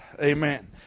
Amen